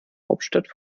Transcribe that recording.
hauptstadt